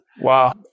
wow